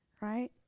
right